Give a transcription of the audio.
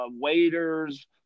waiters